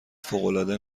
فوقالعاده